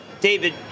David